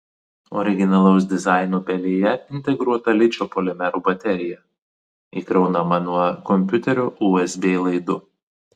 originalaus dizaino pelėje integruota ličio polimerų baterija įkraunama nuo kompiuterio usb laidu